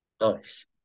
Nice